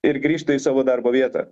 ir grįžta į savo darbo vietą